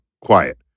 quiet